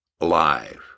alive